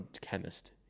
chemist